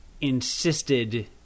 insisted